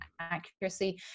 accuracy